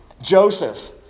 Joseph